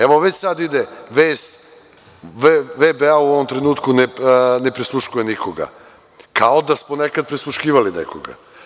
Evo, već sada ide vest – VBA u ovom trenutku ne prisluškuje nikoga, kao da smo nekada prisluškivali nekoga.